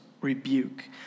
rebuke